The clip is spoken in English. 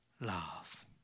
love